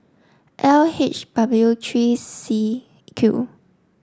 L H W three C Q